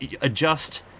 adjust